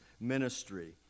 ministry